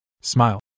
Smile